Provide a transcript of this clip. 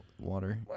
water